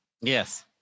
Yes